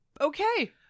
okay